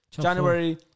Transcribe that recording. January